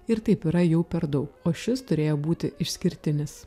ir taip yra jau per daug o šis turėjo būti išskirtinis